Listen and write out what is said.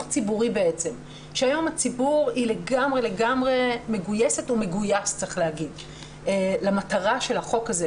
ציבורי כשהיום הציבור לגמרי מגויס למטרה של החוק הזה,